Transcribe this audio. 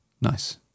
Nice